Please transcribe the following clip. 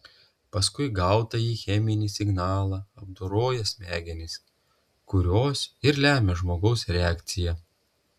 paskui gautąjį cheminį signalą apdoroja smegenys kurios ir lemia žmogaus reakciją